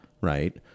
Right